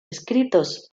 escritos